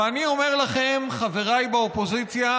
ואני אומר לכם, חבריי באופוזיציה,